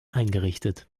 eingerichtet